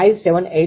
98578 છે